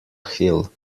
hill